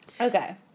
Okay